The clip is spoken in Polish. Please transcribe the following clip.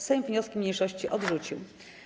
Sejm wnioski mniejszości odrzucił.